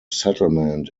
settlement